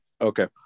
Okay